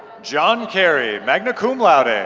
john carey, magna cum laude. and